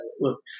Look